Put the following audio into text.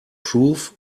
proof